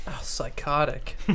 Psychotic